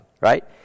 right